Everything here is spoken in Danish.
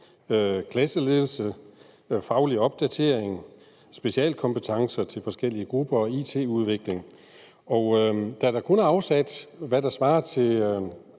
klasseledelse, faglig opdatering, specialkompetencer til forskellige grupper og it-udvikling. Og da der kun er afsat, hvad der svarer til